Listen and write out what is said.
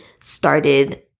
started